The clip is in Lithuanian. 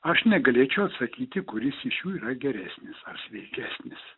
aš negalėčiau atsakyti kuris iš jų yra geresnis ar sveikesnis